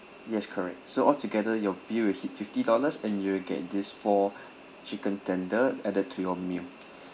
yes correct so altogether your bill will hit fifty dollars and you'll get this four chicken tender added to your meal